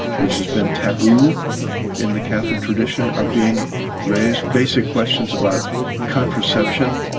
which has been taboo in the catholic tradition, are being raised, basic questions about contraception,